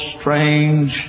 strange